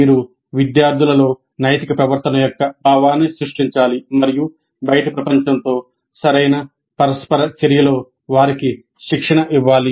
మీరు విద్యార్థులలో నైతిక ప్రవర్తన యొక్క భావాన్ని సృష్టించాలి మరియు బయటి ప్రపంచంతో సరైన పరస్పర చర్యలో వారికి శిక్షణ ఇవ్వాలి